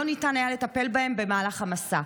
לא ניתן היה לטפל בהם במהלך המשא.